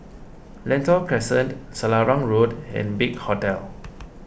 Lentor Crescent Selarang Road and Big Hotel